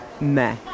meh